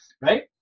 right